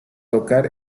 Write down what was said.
tocar